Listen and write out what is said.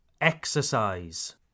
exercise